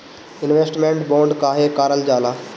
Investment bond काहे कारल जाला?